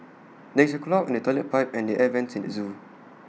there is A clog in the Toilet Pipe and the air Vents at the Zoo